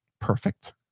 Perfect